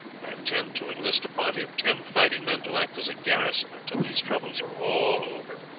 i intend to enlist a party of ten fighting men to act as a garrison until these troubles are all over.